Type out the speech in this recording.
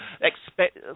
expect